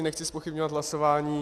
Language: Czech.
Nechci zpochybňovat hlasování.